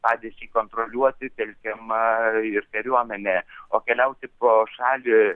padėčiai kontroliuoti telkiama ir kariuomenė o keliauti po šalį